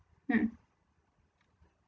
mm